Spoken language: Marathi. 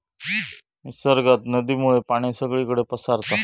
निसर्गात नदीमुळे पाणी सगळीकडे पसारता